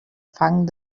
fang